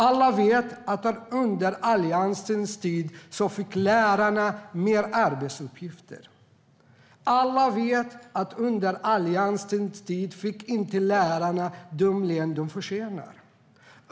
Alla vet att under Alliansens tid fick lärarna mer arbetsuppgifter. Alla vet att under Alliansens tid fick lärarna inte den lön som de förtjänade.